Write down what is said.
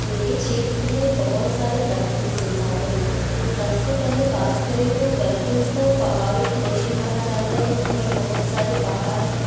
मेरे क्षेत्र में बहुत सारे प्राकृतिक संसाधन हैं सबसे पहले बात करें तो बैतूल को पहाड़ों की नगरी कहा जाता है यहाँ पर बहुत सारे पहाड़ हैं